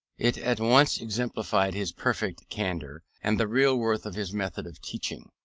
it at once exemplifies his perfect candour, and the real worth of his method of teaching.